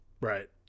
Right